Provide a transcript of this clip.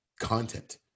content